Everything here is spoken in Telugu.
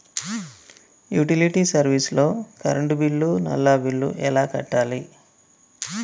యుటిలిటీ సర్వీస్ లో కరెంట్ బిల్లు, నల్లా బిల్లు ఎలా కట్టాలి?